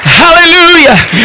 hallelujah